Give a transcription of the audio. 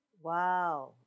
Wow